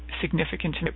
significant